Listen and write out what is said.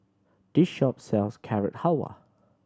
this shop sells Carrot Halwa